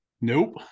Nope